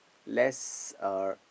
less uh